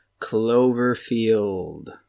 Cloverfield